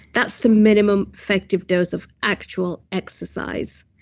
that's the minimum effective dose of actual exercise.